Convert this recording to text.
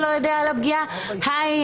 זה בעצם הופך רופאים לשקרנים.